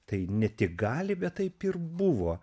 tai ne tik gali bet taip ir buvo